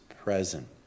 present